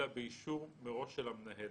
אלא באישור מראש של המנהל.